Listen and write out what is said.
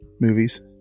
movies